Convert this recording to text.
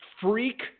freak